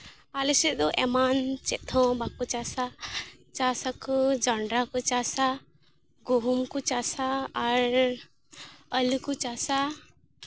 ᱟᱞᱮᱥᱮᱫ ᱦᱚᱸ ᱮᱢᱟᱱ ᱪᱮᱫ ᱦᱚᱸ ᱵᱟᱠᱚ ᱪᱟᱥᱼᱟ ᱪᱟᱥ ᱟᱠᱚ ᱡᱚᱱᱰᱨᱟ ᱠᱚ ᱪᱟᱥᱼᱟ ᱜᱩᱦᱩᱢ ᱠᱚ ᱪᱟᱥᱼᱟ ᱟᱨ ᱟᱹᱞᱩ ᱠᱚ ᱪᱟᱥᱼᱟ